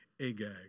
Agag